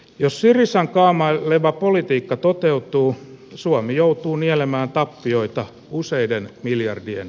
jos sylissään kuvaama eva politiikka toteutuu ja suomi joutuu nielemään tappioita useiden miljardien